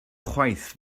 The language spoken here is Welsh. chwaith